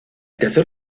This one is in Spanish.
tercer